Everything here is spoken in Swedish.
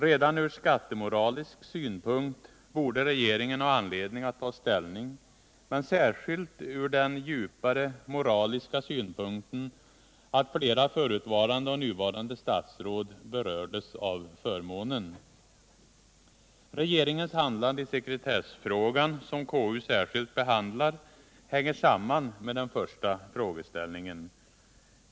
Regeringen borde ha anledning att ta ställning redan ur skattemoralisk synpunkt, men särskilt ur den djupare moraliska synpunkten att flera förutvarande och nuvarande statsråd berörts av förmånen. Regeringens handlande i sekretessfrågan, som KU särskilt behandlar, hänger samman med den första frågeställningen.